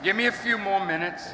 give me a few more minutes